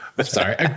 sorry